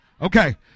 Okay